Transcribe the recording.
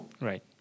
right